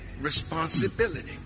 responsibility